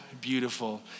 beautiful